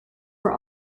were